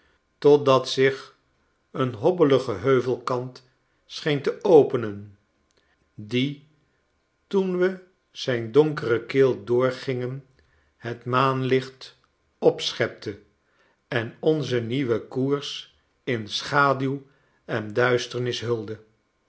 totdat zich een hobbelige heuvelkant scheen te openen die toen we zijn donkere keel doorgingen het maanlicht opschepte en onzen nieuwen koers in schaduw en duisternis hulde